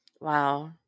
Wow